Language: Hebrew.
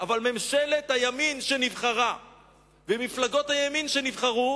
אבל ממשלת הימין שנבחרה ומפלגות הימין שנבחרו,